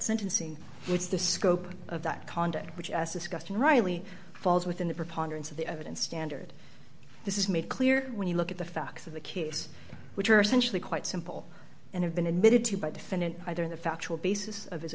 sentencing which the scope of that conduct which as discussed in riley falls within the preponderance of the evidence standard this is made clear when you look at the facts of the case which are essentially quite simple and have been admitted to by defendant either in the factual basis of his